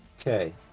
okay